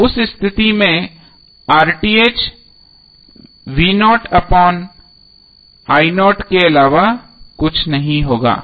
तो उस स्थिति में के अलावा कुछ नहीं होगा